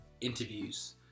interviews